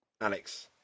Alex